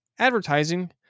advertising